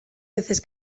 veces